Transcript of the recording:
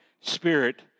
Spirit